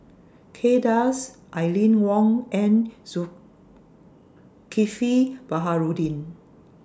Kay Das Aline Wong and Zulkifli Baharudin